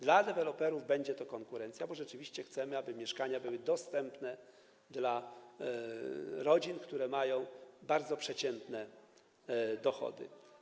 Dla deweloperów będzie to konkurencja, bo rzeczywiście chcemy, aby mieszkania były dostępne dla rodzin, które mają bardzo przeciętne dochody.